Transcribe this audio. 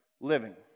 living